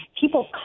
People